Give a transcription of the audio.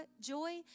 joy